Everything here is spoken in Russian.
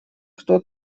кто